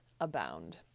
abound